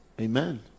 Amen